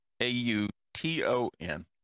A-U-T-O-N